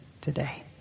today